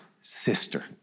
Sister